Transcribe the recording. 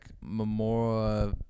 Memorial